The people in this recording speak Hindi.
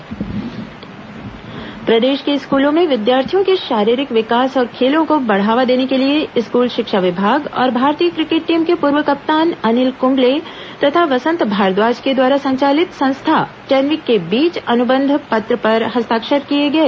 खेल एमओयू प्रदेश के स्कूलों में विद्यार्थियों के शारीरिक विकास और खेलों को बढ़ावा देने के लिए स्कूल शिक्षा विभाग और भारतीय क्रिकेट टीम के पूर्व कप्तान अनिल कुंबले तथा वसंत भारद्वाज के द्वारा संचालित संस्था टेनविक के बीच अनुबंध पत्र पर हस्ताक्षर किए गए